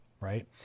right